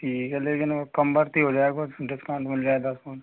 ठीक है लेकिन वह कमबरती हो जाए बस डिस्काउंट मिल जाता तो